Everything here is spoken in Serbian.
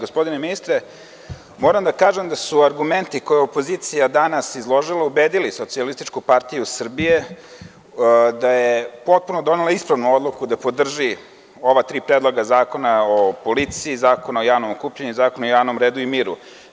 Gospodine ministre moram da kažem da su argumenti koje je opozicija danas izložila ubedili Socijalističku partiju Srbije da je potpuno donela ispravnu odluku da podrži ova tri predloga zakona: o policiji, zakona o javnom okupljanju i zakona o javnom redu i miru.